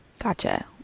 Gotcha